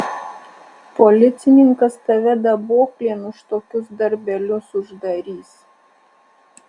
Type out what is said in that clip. policininkas tave daboklėn už tokius darbelius uždarys